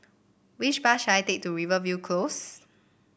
which bus should I take to Rivervale Close